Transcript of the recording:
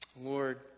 Lord